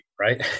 Right